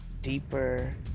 deeper